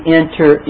enter